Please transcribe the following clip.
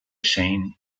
shane